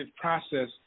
process